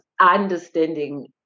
understanding